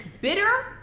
bitter